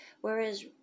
whereas